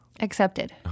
accepted